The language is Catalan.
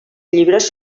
llibres